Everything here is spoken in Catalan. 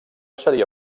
seria